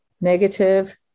negative